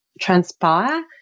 transpire